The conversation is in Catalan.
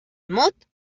mot